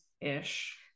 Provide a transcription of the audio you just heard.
ish